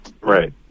Right